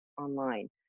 online